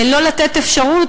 לא לתת אפשרות,